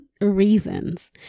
reasons